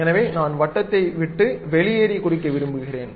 எனவே நான் வட்டத்தை விட்டு வெளியேறி குறிக்க விரும்புகிறேன்